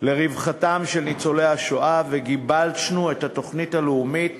לרווחתם של ניצולי השואה וגיבשנו את התוכנית הלאומית